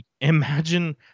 imagine